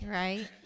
right